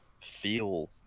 feel